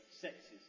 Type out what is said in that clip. sexes